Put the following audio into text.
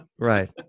Right